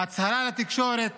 הצהרה לתקשורת,